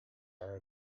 are